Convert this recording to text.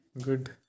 good